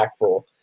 impactful